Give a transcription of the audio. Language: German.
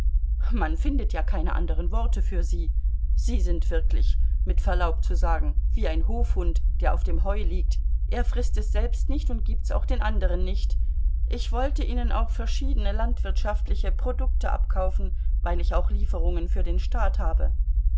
man findet ja keine anderen worte für sie sie sind wirklich mit verlaub zu sagen wie ein hofhund der auf dem heu liegt er frißt es selbst nicht und gibt's auch den anderen nicht ich wollte ihnen auch verschiedene landwirtschaftliche produkte abkaufen weil ich auch lieferungen für den staat habe